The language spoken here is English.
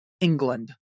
England